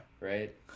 Right